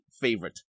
favorite